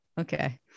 okay